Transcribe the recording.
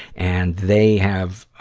and they have,